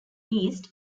east